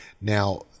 Now